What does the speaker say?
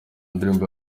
ndirimbo